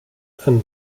een